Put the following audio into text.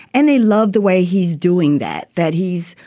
and they love the way he's doing that. that he's,